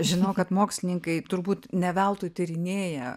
žinau kad mokslininkai turbūt ne veltui tyrinėja